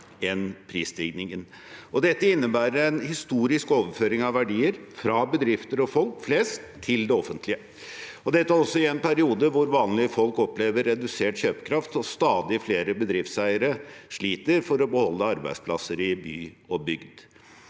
enn prisstigningen. Dette innebærer en historisk overføring av verdier fra bedrifter og folk flest til det offentlige – i en periode der vanlige folk opplever redusert kjøpekraft og stadig flere bedriftseiere sliter for å beholde arbeidsplasser i by og bygd.